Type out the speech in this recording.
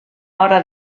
hora